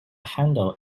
handle